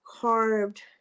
carved